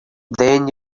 then